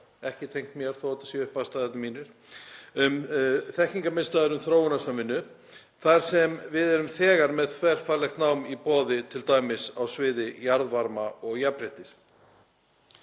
ekki tengt mér þó að þetta séu upphafsstafirnir mínir, þekkingarmiðstöðvar um þróunarsamvinnu þar sem við erum þegar með þverfaglegt nám í boði, t.d. á sviði jarðvarma og jafnréttis.